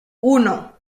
uno